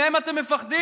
מהם אתם מפחדים?